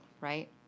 Right